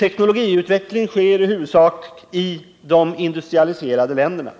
Teknologiutvecklingen sker i huvudsak i de industrialiserade länderna.